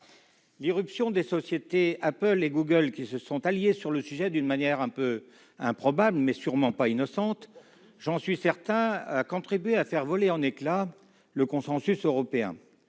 l'irruption des sociétés Apple et Google, qui se sont alliées sur ce sujet d'une manière un peu improbable, mais sûrement pas innocente, ... Et surtout opportuniste !... a contribué à faire voler en éclats le consensus européen.